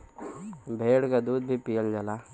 भेड़ क दूध भी पियल जाला